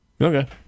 Okay